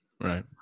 Right